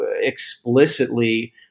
explicitly